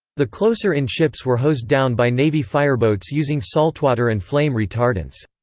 the closer-in ships were hosed down by navy fireboats using saltwater and flame retardants.